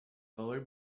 bullard